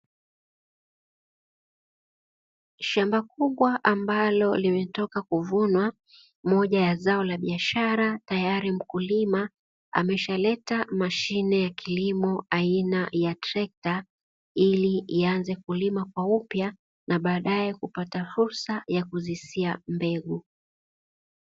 Shamba kubwa ambalo limetoka kuvunwa moja ya zao la biashara, tayari mkulima ameshaleta mashine ya kilimo aina ya trekta ili ianze kulima kwa upya na baadaye kupata fursa ya kuzisia mbegu.